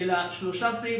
אלא שלושה סעיפים.